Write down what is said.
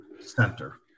center